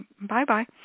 bye-bye